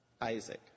Isaac